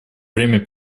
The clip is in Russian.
время